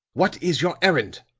what is your errand?